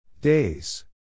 Days